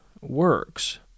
works